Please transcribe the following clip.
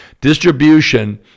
distribution